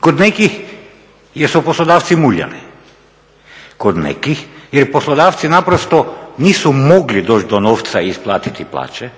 kod nekih jer su poslodavci muljali. Kod nekih jer poslodavci naprosto nisu mogli doći do novca i isplatiti plaće